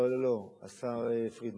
לא לא לא, השר פרידמן,